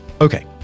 Okay